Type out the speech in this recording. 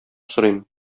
сорыйм